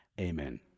Amen